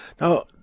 now